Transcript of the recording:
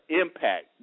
impact